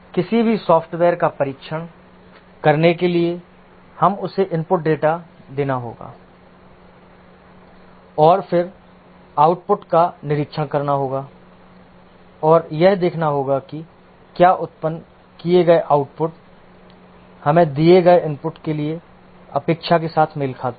किसी भी सॉफ़्टवेयर का परीक्षण करने के लिए हमें उसे इनपुट डेटा देना होगा और फिर आउटपुट का निरीक्षण करना होगा और यह देखना होगा कि क्या उत्पन्न किए गए आउटपुट हमें दिए गए इनपुट के लिए अपेक्षा के साथ मेल खाते हैं